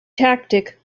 tactic